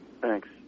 Thanks